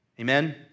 Amen